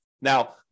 Now